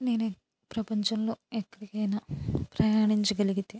నేనే ప్రపంచంలో ఎక్కడికైనా ప్రయనించగలిగితే